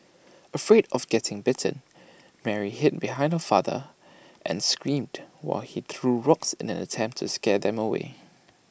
afraid of getting bitten Mary hid behind her father and screamed while he threw rocks in an attempt to scare them away